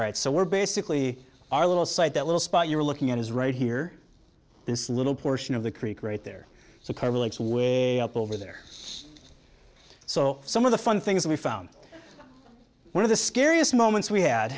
right so we're basically our little side that little spot you're looking at is right here this little portion of the creek right there so carville it's way up over there so some of the fun things we found one of the scariest moments we had